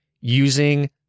using